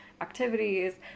activities